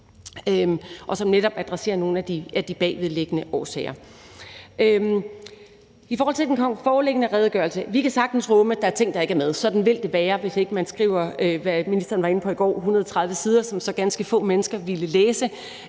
og som netop adresserer nogle af de bagvedliggende årsager. I forhold til den foreliggende redegørelse vil jeg sige, at vi sagtens kan rumme, at der er ting, der ikke er med. Sådan vil det være, hvis ikke man – som ministeren var inde på i går – skriver 130 sider, som så kun ganske få mennesker ville læse,